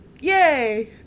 Yay